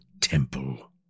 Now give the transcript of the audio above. temple